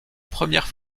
première